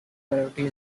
gravity